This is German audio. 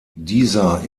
dieser